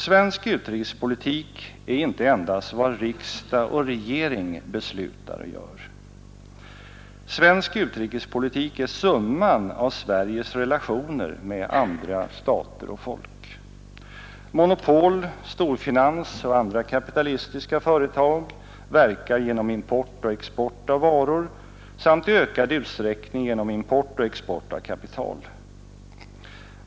Svensk utrikespolitik är icke endast vad riksdag och regering beslutar och gör. Svensk utrikespolitik är summan av Sveriges relationer med andra stater och folk. Monopol, storfinans och andra kapitalistiska företag verkar genom import och export av varor samt i ökad utsträckning genom import och export av kapital.